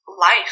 life